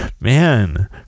Man